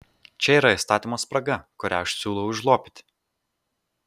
čia yra įstatymo spraga kurią aš siūlau užlopyti